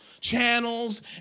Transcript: channels